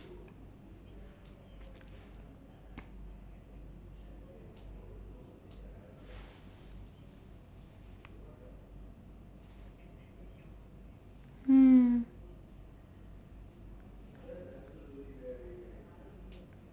mm